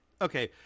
Okay